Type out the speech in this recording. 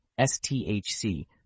STHC